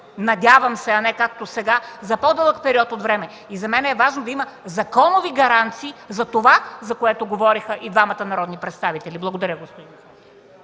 надявам се, а не както сега, за по-дълъг период от време. За мен е важно да има законови гаранции за това, за което говориха двамата народни представители. ПРЕДСЕДАТЕЛ МАЯ